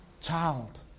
child